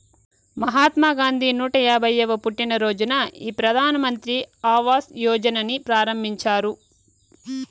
మహాత్మా గాంధీ నూట యాభైయ్యవ పుట్టినరోజున ఈ ప్రధాన్ మంత్రి ఆవాస్ యోజనని ప్రారంభించారు